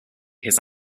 his